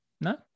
no